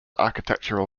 architectural